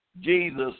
Jesus